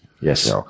Yes